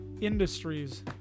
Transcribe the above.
industries